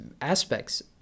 aspects